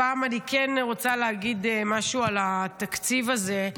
הפעם אני כן רוצה להגיד משהו על התקציב הזה,